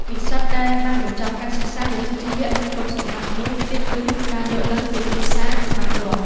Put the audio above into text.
និស្សិតដែលបានបញ្ចប់ការសិក្សាវិជ្ជាជីវៈមានគុណសម្បត្តិសំខាន់មួយទៀតគឺ ការយល់ដឹងពីទីផ្សារច្បាស់លាស់។